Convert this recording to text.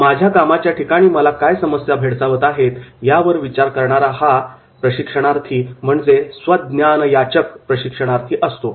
'माझ्या कामाच्या ठिकाणी मला काय समस्या भेडसावत आहेत' यावर विचार करणारा हा स्व ज्ञान याचक असतो